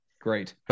Great